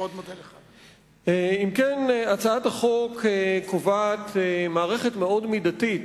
אם כן, הצעת החוק קובעת מערכת מאוד מידתית